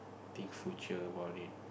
take future about it